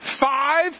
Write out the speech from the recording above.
five